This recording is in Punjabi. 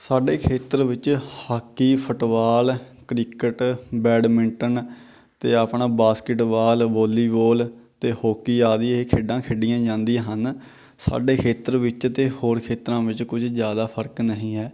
ਸਾਡੇ ਖੇਤਰ ਵਿੱਚ ਹਾਕੀ ਫੁੱਟਬਾਲ ਕ੍ਰਿਕਟ ਬੈਡਮਿੰਟਨ ਅਤੇ ਆਪਣਾ ਬਾਸਕਿਟਵਾਲ ਵੋਲੀਬੋਲ ਅਤੇ ਹੋਕੀ ਆਦਿ ਇਹ ਖੇਡਾਂ ਖੇਡੀਆਂ ਜਾਂਦੀਆਂ ਹਨ ਸਾਡੇ ਖੇਤਰ ਵਿੱਚ ਅਤੇ ਹੋਰ ਖੇਤਰਾਂ ਵਿੱਚ ਕੁਝ ਜ਼ਿਆਦਾ ਫਰਕ ਨਹੀਂ ਹੈ